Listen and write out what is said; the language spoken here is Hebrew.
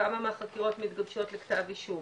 כמה מהחקירות מתגבשות לכתב אישום?